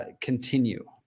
continue